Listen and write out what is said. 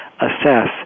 assess